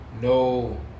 no